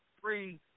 three